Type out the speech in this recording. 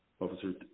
Officer